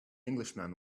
englishman